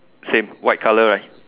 same white colour right